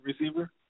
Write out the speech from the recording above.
receiver